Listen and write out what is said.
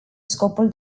scopul